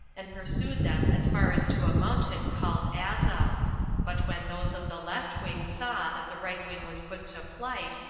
and pursued them as far as to a mountain called aza but when those of the left wing saw that the right wing was put to flight,